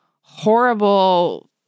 horrible